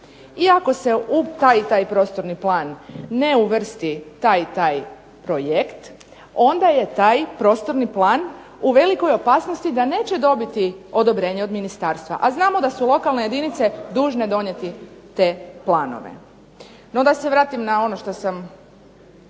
ako se u taj i taj prostorni plan ne uvrsti taj i taj projekt onda je taj prostorni plan u velikoj opasnosti da neće dobiti odobrenje od ministarstva, a znamo da su lokalne jedinice dužne donijeti te planove. No da se vratim na ono što sam